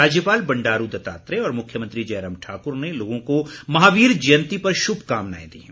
राज्यपाल बंडारू दत्तात्रेय और मुख्यमंत्री जयराम ठाकुर ने लोगों को महावीर जयंती पर शुभकामनाएं दीं हैं